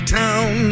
town